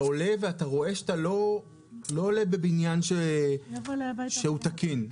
אתה עולה ואתה רואה שאתה לא עולה בבניין שהוא תקין.